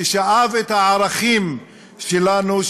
ששאב את הערכים שלנו,